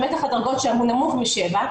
מתח הדרגות שם הוא נמוך מ-7,